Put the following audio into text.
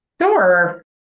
Sure